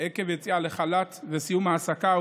עקב יציאה לחל"ת וסיום ההעסקה.